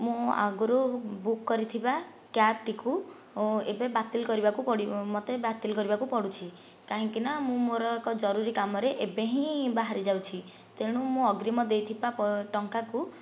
ମୁଁ ଆଗରୁ ବୁକ କରିଥିବା କ୍ୟାବ ଟିକୁ ଏବେ ବାତିଲ କରିବାକୁ ପଡ଼ିବ ମୋତେ ବାତିଲ କରିବାକୁ ପଡ଼ୁଛି କାହିଁକି ନା ମୁଁ ମୋର ଏକ ଜରୁରୀ କାମରେ ଏବେ ହିଁ ବାହାରି ଯାଉଛି ତେଣୁ ମୁଁ ଅଗ୍ରିମ ଦେଇଥିବା ଟଙ୍କାକୁ